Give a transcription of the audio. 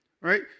Right